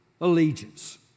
allegiance